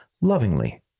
lovingly